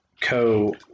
co